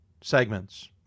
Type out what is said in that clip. segments